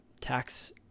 tax